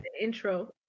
intro